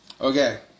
Okay